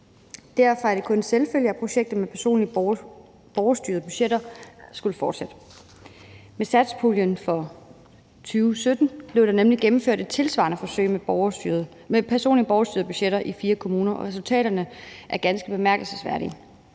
Derfor er det kun en selvfølge, at projektet med personlige borgerstyrede budgetter skal fortsætte. Med satspuljen for 2017 blev der nemlig gennemført et tilsvarende forsøg med personlige borgerstyrede budgetter i fire kommuner, og resultaterne er ganske bemærkelsesværdige.